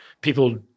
people